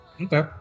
okay